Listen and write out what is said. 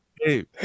Hey